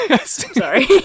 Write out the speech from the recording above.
Sorry